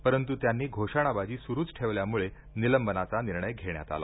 परंतु त्यांनी घोषणाबाजी सुरूच ठेवल्यामुळे निलंबनाचा निर्णय घेण्यात आला